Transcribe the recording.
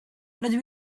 rydw